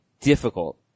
difficult